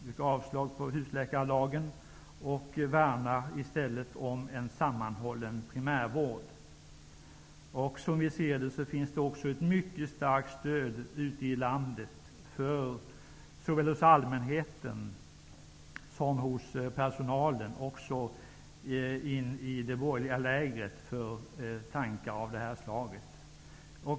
Vi yrkar avslag på husläkarlagen, och vi värnar i stället om en sammanhållen primärvård. Som vi ser det finns det ett mycket starkt stöd ute i landet hos såväl allmänheten, personalen som i det borgerliga lägret för tankar av det här slaget.